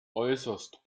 äußerst